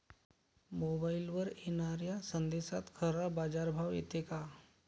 मोबाईलवर येनाऱ्या संदेशात खरा बाजारभाव येते का?